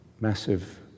massive